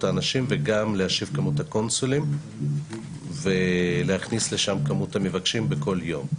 האנשים וגם להושיב את כמות הקונסולים ולהכניס לשם את כמות המבקשים בכל יום.